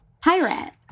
Pirate